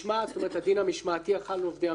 כלומר הדין המשמעתי החל על עובדי מדינה.